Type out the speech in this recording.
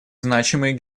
значимые